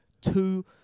two